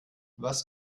was